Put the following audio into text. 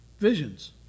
visions